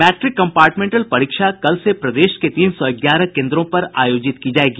matric compartmental परीक्षा कल से प्रदेश के तीन सौ ग्यारह केंद्रों पर आयोजित की जायेगी